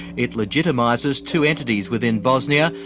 it legitimises two entities within bosnia,